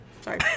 Sorry